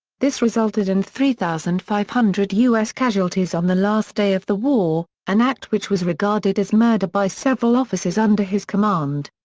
this resulted in three thousand five hundred u s. casualties on the last day of the war, an act which was regarded as murder by several officers under his command.